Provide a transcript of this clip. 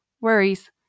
worries